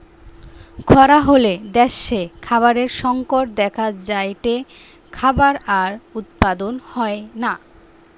খরা হলে দ্যাশে খাবারের সংকট দেখা যায়টে, খাবার আর উৎপাদন হয়না